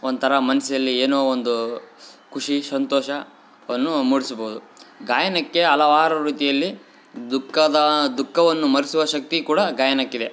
ಒಂಥರ ಮನ್ಸಲ್ಲಿ ಏನೋ ಒಂದು ಖುಷಿ ಸಂತೋಷ ವನ್ನು ಮೂಡ್ಸಬೌದು ಗಾಯನಕ್ಕೆ ಹಲವಾರು ರೀತಿಯಲ್ಲಿ ದುಃಖದ ದುಃಖವನ್ನು ಮರ್ಸುವ ಶಕ್ತಿ ಕೂಡ ಗಾಯನಕ್ಕಿದೆ